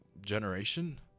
generation